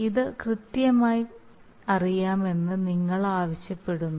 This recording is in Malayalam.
ഇത് കൃത്യമായി അറിയണമെന്ന് നിങ്ങൾ ആവശ്യപ്പെടുന്നു